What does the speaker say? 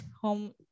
home